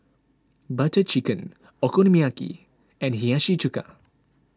Butter Chicken Okonomiyaki and Hiyashi Chuka